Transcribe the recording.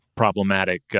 problematic